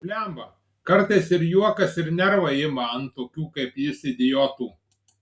blemba kartais ir juokas ir nervai ima ant tokių kaip jis idiotų